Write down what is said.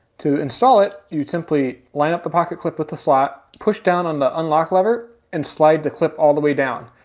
to install it, you simply line up the pocket clip with the slot, push down on the unlock lever, and slide the clip all the way down.